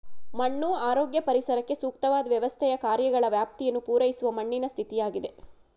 ಮಣ್ಣು ಆರೋಗ್ಯ ಪರಿಸರಕ್ಕೆ ಸೂಕ್ತವಾದ್ ವ್ಯವಸ್ಥೆಯ ಕಾರ್ಯಗಳ ವ್ಯಾಪ್ತಿಯನ್ನು ಪೂರೈಸುವ ಮಣ್ಣಿನ ಸ್ಥಿತಿಯಾಗಿದೆ